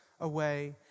away